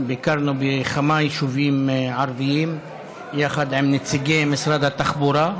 ביקרנו בכמה יישובים ערביים יחד עם נציגי משרד התחבורה,